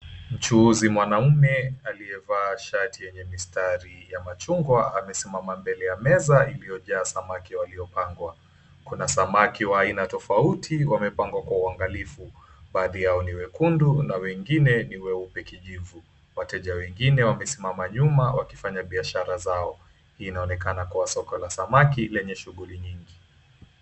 Mchuuzi mwanaume aliyevaa shati yenye mistari ya machungwa amesimama mbele ya meza iliyojaa samaki waliopangwa. Kuna samaki wa aina tofauti wamepangwa kwa uangalifu. Baadhi yao ni wekundu na wengine ni weupe kijivu. Wateja wengine wamesimama nyuma wakifanya biashara zao. Hii inaonekana soko la samaki lenye shughuli nyingi.